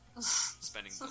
Spending